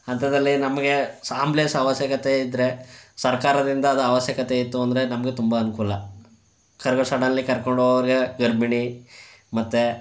ಅಂಥದ್ರಲ್ಲಿ ನಮಗೆ ಆಂಬುಲೆನ್ಸ್ ಅವಶ್ಯಕತೆ ಇದ್ದರೆ ಸರ್ಕಾರದಿಂದ ಅದು ಅವಶ್ಯಕತೆ ಇತ್ತು ಅಂದರೆ ನಮಗೆ ತುಂಬ ಅನುಕೂಲ ಕರ್ಗೋ ಸಡನ್ಲಿ ಕರ್ಕೊಂಡು ಹೋಗೋರ್ಗೆ ಗರ್ಭಿಣಿ ಮತ್ತು